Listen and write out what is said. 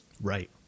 right